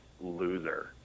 loser